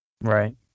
Right